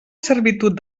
servitud